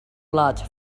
large